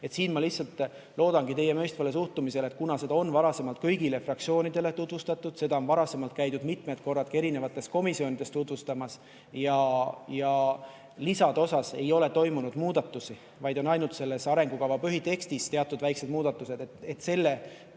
Siin ma lihtsalt loodangi teie mõistvale suhtumisele. Kuna seda on varasemalt kõigile fraktsioonidele tutvustatud, seda on varasemalt käidud mitmed korrad ka erinevates komisjonides tutvustamas ja lisades ei ole toimunud muudatusi, vaid on ainult selles arengukava põhitekstis teatud väikesed muudatused, siis selle